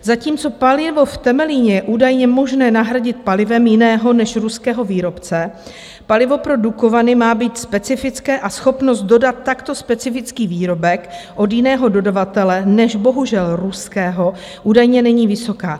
Zatímco palivo v Temelíně je údajně možné nahradit palivem jiného než ruského výrobce, palivo pro Dukovany má být specifické a schopnost dodat takto specifický výrobek od jiného dodavatele než bohužel ruského údajně není vysoká.